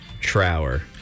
Trower